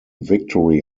victory